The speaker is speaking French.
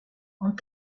ont